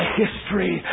history